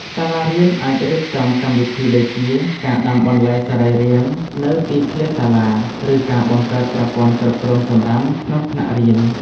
សាលារៀនអាចរៀបចំកម្មវិធីដូចជា ការដាំបន្លែសរីរាង្គនៅទីធ្លាសាលា ឬការបង្កើតប្រព័ន្ធគ្រប់គ្រងសំរាមក្នុងថ្នាក់រៀន។